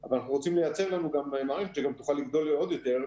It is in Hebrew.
אבל אנחנו רוצים לייצר לנו גם מערכת שגם תוכל לגדול לעוד יותר.